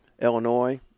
Illinois